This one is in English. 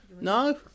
no